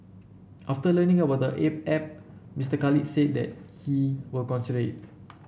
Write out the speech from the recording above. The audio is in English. after learning about the app Mister Khalid said that he will consider it